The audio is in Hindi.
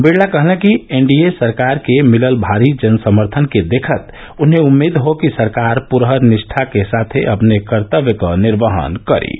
बिड़लाने कहा कि एनडीए सरकार को मिले भारी जनसमर्थन को देखते हुए उन्हें उम्मीद है कि सरकार पूरी निष्ठा के साथ अपने कर्तव्यों का निर्वहन करेंगी